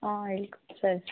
ಹಾಂ ಸರಿ